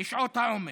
בשעות העומס.